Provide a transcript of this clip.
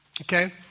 okay